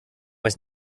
was